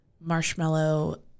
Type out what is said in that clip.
marshmallow